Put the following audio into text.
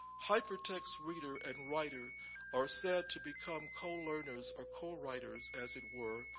hypertext reader and writer are said to become co-learners or co-writers as it were,